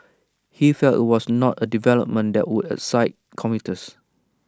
he felt IT was not A development that would excite commuters